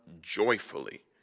joyfully